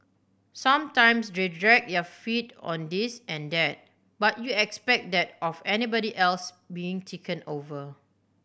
sometimes they dragged their feet on this and that but you expect that of anybody else being taken over